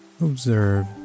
observe